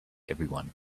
everyone